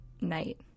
night